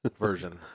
version